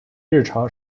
日常